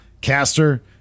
Caster